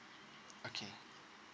okay